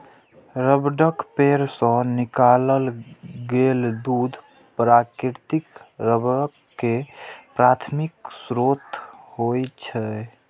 रबड़क पेड़ सं निकालल गेल दूध प्राकृतिक रबड़ के प्राथमिक स्रोत होइ छै